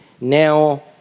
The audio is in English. now